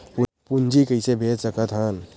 पूंजी कइसे भेज सकत हन?